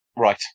Right